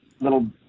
little